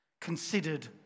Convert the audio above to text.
Considered